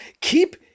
keep